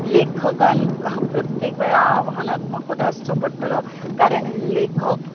लेखकान प्रत्येक वेळार आव्हनात्मकूच आसचो पडटलो कारण लेखक